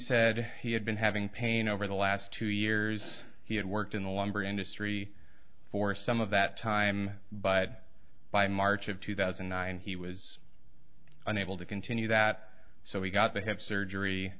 said he had been having pain over the last two years he had worked in the lumber industry for some of that time but by march of two thousand and nine he was unable to continue that so he got to have surgery